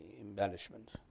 embellishment